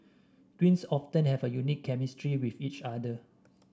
twins often have a unique chemistry with each other